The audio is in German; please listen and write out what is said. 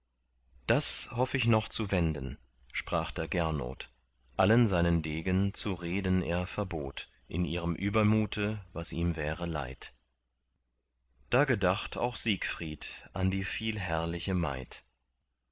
das hoff ich noch zu wenden sprach da gernot allen seinen degen zu reden er verbot in ihrem übermute was ihm wäre leid da gedacht auch siegfried an die viel herrliche maid